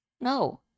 No